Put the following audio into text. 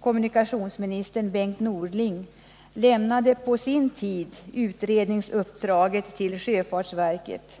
kommunikationsministern Bengt Norling lämnade på sin tid utredningsuppdraget till sjöfartsverket.